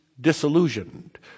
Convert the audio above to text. disillusioned